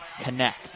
connect